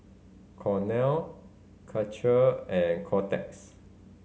Cornell Karcher and Kotex